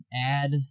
add